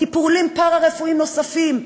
טיפולים פארה-רפואיים נוספים,